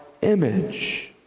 image